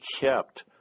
kept